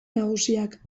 nagusiak